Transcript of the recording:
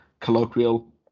colloquial